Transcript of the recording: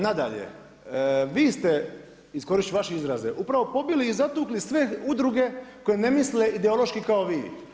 Nadalje, vi ste, iskoristit ću vaše izraze upravo pobili i zatukli sve udruge koje ne misle ideološki kao vi.